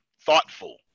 Thoughtful